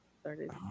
started